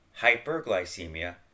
hyperglycemia